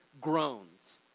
groans